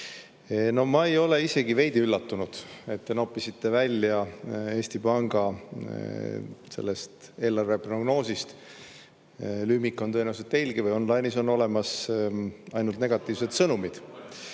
ma ei ole isegi veidi üllatunud, et te noppisite välja Eesti Panga eelarveprognoosist – lüümik on tõenäoliselt teilgi jaonline'is on see olemas – ainult negatiivsed sõnumid.